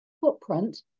footprint